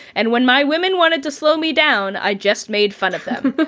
and when my women wanted to slow me down, i just made fun of them.